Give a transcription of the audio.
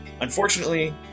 unfortunately